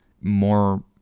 more